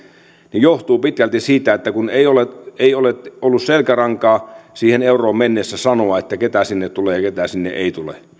johtuu pitkälti siitä että ei ole ei ole ollut selkärankaa euroon mennessä sanoa keitä sinne tulee ja keitä sinne ei tule